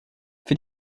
für